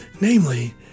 namely